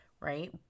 Right